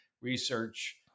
research